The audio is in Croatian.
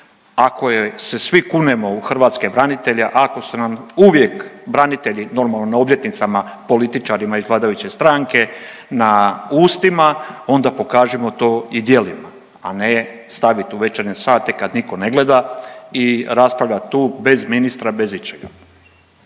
ako se svi kunemo u hrvatske branitelje, ako su nam uvijek branitelji normalno na obljetnicima političarima iz vladajuće stranke na ustima onda pokažimo to i djelima, a ne stavit u večernje sate kad niko ne gleda i raspravljat tu bez ministra bez ičega.